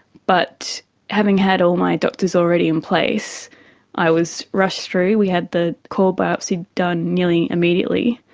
but having had all my doctors already in place i was rushed through, we had the core biopsy done nearly immediately.